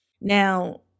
Now